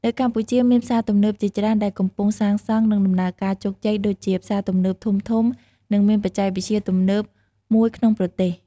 នៅកម្ពុជាមានផ្សារទំនើបជាច្រើនដែលកំពុងសាងសង់ និងដំណើរការជោគជ័យ ដូចជា ផ្សារទំនើបធំៗ និងមានបច្ចេកវិទ្យាទំនើបមួយក្នុងប្រទេស។